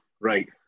right